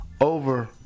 Over